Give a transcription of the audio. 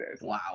Wow